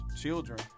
children